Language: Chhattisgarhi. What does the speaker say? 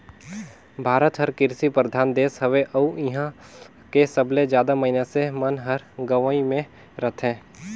भारत हर कृसि परधान देस हवे अउ इहां के सबले जादा मनइसे मन हर गंवई मे रथें